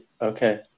Okay